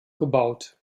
gebaut